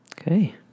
okay